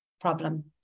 problem